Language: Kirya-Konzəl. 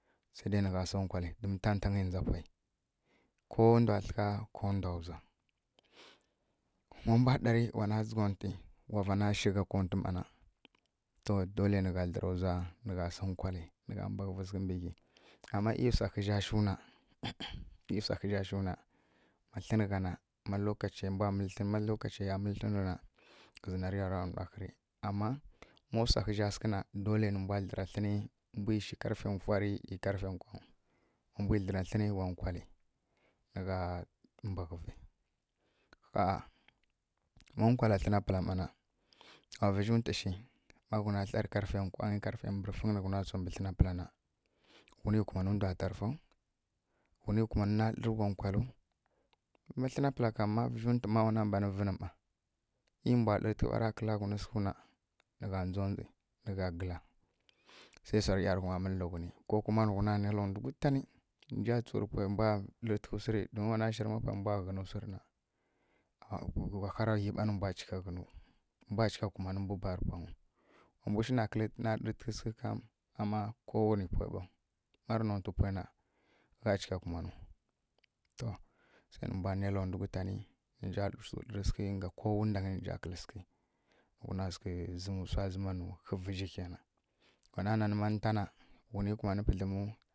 Se denǝgha sǝ nkwali dom ntantangyi ndza pwai ko ndwa tlǝgha ko ndwa wza ma bwa ɗari wana dzǝghawntwi wa vanna shi gha kwa wntǝ ˈmana to dole nigha dlǝra wza nǝgha sǝn kwali nǝgha mbaghǝvi sǝghǝ mbǝ ghi ma ei wsa hǝzja shu na ma tlǝnǝghana ma lokaciye ya mǝlǝ tlǝnǝri na ghǝzǝ na riya yara wna hǝri ama ma wsa hǝzja sǝghǝ na dole nǝmbwa dlǝra tlǝni nǝ mbwa sǝ karfe mfwari karfe nkwangy wa mbwui dlǝra tlǝni ghwa nkwali nǝgha mbaghǝvi ɦaa, ma nkwala tlǝna pǝla ˈmana wa vǝzji ntwu shi maghuna tlari karfe nkwangy karfde mbrǝfingy na wghunir kumanǝ ndwa tarfau ghunir kuman na lǝ́rǝ kwan nkwalu ma tlǝna pǝla ma vǝzjuntwǝ ma e mbwa lǝ́tǝghú ɓara kǝla ghunǝ sǝghuna nǝgha ndzondzi nigha gǝla se wsarǝ ˈyarughuma mǝlǝ nǝ ghuni kokuma nǝn ghuna nela ndwu gutani nzja tsu rǝ pwe mbwa lǝ́rǝghǝ wsǝ ri kuma wana shiri ma pwembwa ghǝnǝ wsi rǝna ghwa hara ghi ɓa nǝ mbwa cika ghǝnu mbwa cika kumanǝ mbu barǝ pwangyu wa mbwushina kǝlǝ na lǝ́tǝghǝ sghǝ kam ama kowane pwe ɓo ma rǝ nontǝ pwe na gha cika kumanu to se nǝmbwa nela nwu gutanǝ nja tsu lǝ́rǝ sghi ga kowanendwi nja kǝlǝ sǝghi nǝ ghuna sǝghǝ zim wsa zǝmanu hǝ vǝzji kenan wana nani ma nin ta na ghuni kumanǝ pǝdlǝmu.